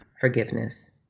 forgiveness